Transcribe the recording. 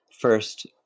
first